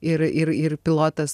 ir ir ir pilotas